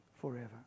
forever